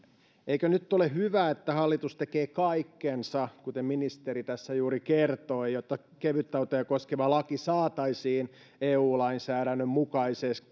eikö nyt ole hyvä että hallitus tekee kaikkensa kuten ministeri tässä juuri kertoi jotta kevytautoja koskeva laki saataisiin eu lainsäädännön mukaiseksi